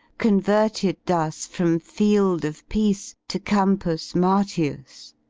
converted thus from field of peace to campus martius.